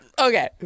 Okay